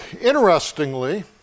Interestingly